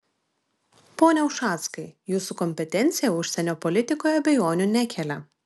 pone ušackai jūsų kompetencija užsienio politikoje abejonių nekelia